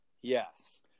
Yes